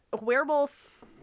werewolf